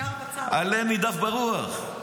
עלה נידף ברוח.